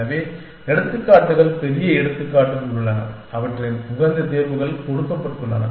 எனவே எடுத்துக்காட்டுகள் பெரிய எடுத்துக்காட்டுகள் உள்ளன அவற்றின் உகந்த தீர்வுகள் கொடுக்கப்பட்டுள்ளன